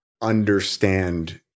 understand